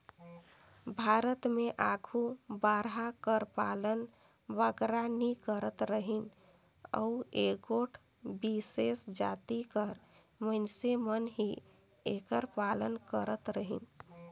भारत में आघु बरहा कर पालन बगरा नी करत रहिन अउ एगोट बिसेस जाति कर मइनसे मन ही एकर पालन करत रहिन